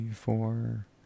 four